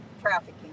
trafficking